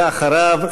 ואחריו,